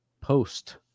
post